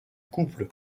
couple